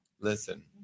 listen